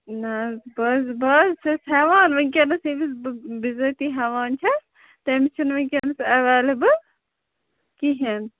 نہَ حظ بہٕ حظ بہٕ حظ چھَس ہٮ۪وان وُنکٮ۪نس ییٚمِس بہٕ بَظٲتی ہٮ۪وان چھَس تٔمِس چھُنہٕ وُنکٮ۪نس ایٚویلیبُل کِہیٖنٛۍ